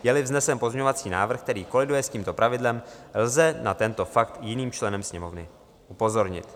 Jeli vznesen pozměňovací návrh, který koliduje s tímto pravidlem, lze na tento fakt jiným členem Sněmovny upozornit.